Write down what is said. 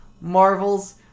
Marvel's